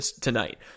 tonight